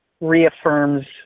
reaffirms